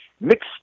mixed